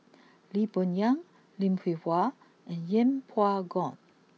Lee Boon Yang Lim Hwee Hua and Yeng Pway Ngon